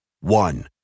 One